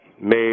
made